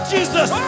Jesus